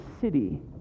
city